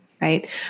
right